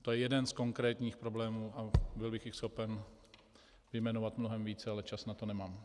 To je jeden z konkrétních problémů a byl bych jich schopen vyjmenovat mnohem více, ale čas na to nemám.